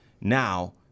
now